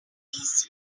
easy